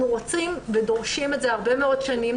אנחנו רוצים ודורשים את זה הרבה מאוד שנים,